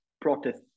protest